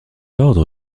ordre